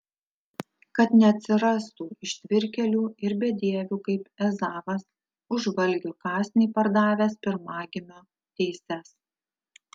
kad neatsirastų ištvirkėlių ir bedievių kaip ezavas už valgio kąsnį pardavęs pirmagimio teises